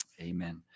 Amen